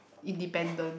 independent